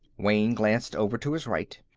wayne glanced over to his right.